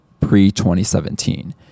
pre-2017